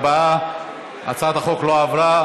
44. הצעת החוק לא עברה,